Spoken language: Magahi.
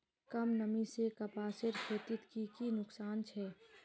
कम नमी से कपासेर खेतीत की की नुकसान छे?